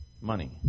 Money